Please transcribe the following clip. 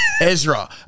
Ezra